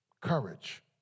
courage